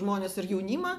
žmones ir jaunimą